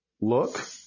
look